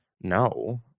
No